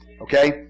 Okay